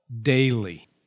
daily